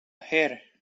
här